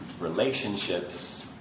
relationships